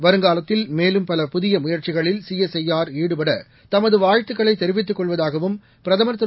வருங்காலத்தில் மேலும் பல புதிய முயற்சிகளில் சிஎஸ்ஐஆர் ஈடுபட தமது வாழ்த்துக்களை தெரிவித்துக் கொள்வதாகவும் பிரதமர் திரு